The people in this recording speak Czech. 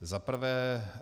Za prvé.